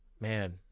Man